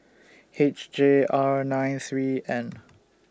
H J R nine three N